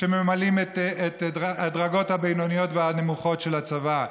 שממלאים את הדרגות הבינוניות והנמוכות של הצבא.